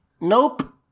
Nope